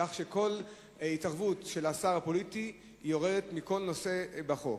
כך שכל התערבות של השר הפוליטי יורדת מכל נושא בחוק.